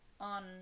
On